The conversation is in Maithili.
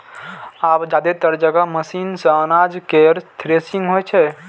आब जादेतर जगह मशीने सं अनाज केर थ्रेसिंग होइ छै